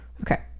okay